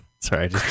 Sorry